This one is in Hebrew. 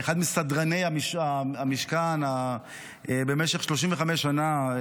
אחד מסדרני המשכן במשך 35 שנה,